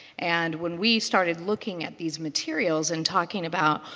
and when we started looking at these materials and talking about,